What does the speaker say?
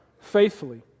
faithfully